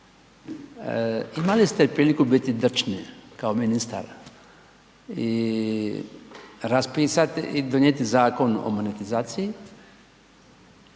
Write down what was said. Imali ste priliku biti drčan kao ministar i raspisati i donijeti Zakon o monetizaciji,